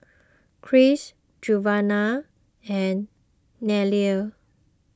Cris Giovanna and Nelia